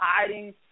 hiding